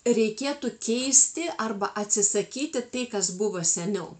reikėtų keisti arba atsisakyti tai kas buvo seniau